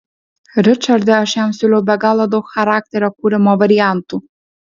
ričarde aš jam siūliau be galo daug charakterio kūrimo variantų